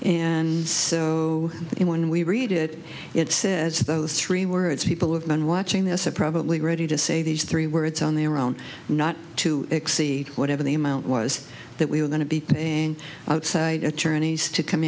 and so when we read it it says those three words people who have been watching this have probably ready to say these three words on their own not to exceed whatever the amount was that we were going to be paying outside attorneys to come